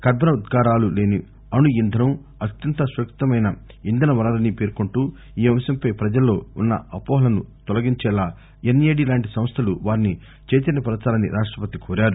కర్బన ఉద్గారాలు లేని అణు ఇంధనం అత్యంత సురక్షితమైన ఇంధన వనరని పేర్కొంటూ ఈ అంశంపై పజల్లో ఉన్న అపోహలను తొలగించేలా ఎన్ఏడీ లాంటి సంస్థలు వారిని చైతన్యపరచాలని ఉపరాష్టపతి కోరారు